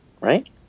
right